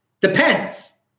Depends